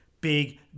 big